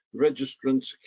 registrants